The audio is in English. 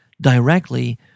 directly